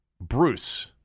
Bruce